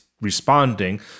responding